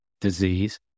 disease